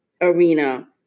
arena